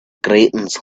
greetings